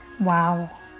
Wow